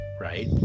right